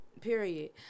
Period